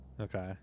okay